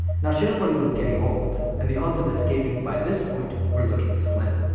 now shiratori was getting old and the odds of escaping by this point were looking slim.